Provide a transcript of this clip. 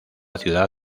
ciudad